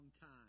time